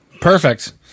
Perfect